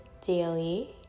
daily